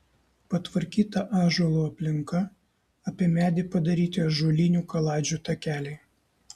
patvarkyta ąžuolo aplinka apie medį padaryti ąžuolinių kaladžių takeliai